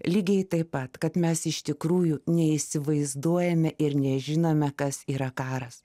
lygiai taip pat kad mes iš tikrųjų neįsivaizduojame ir nežinome kas yra karas